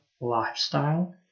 lifestyle